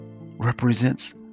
represents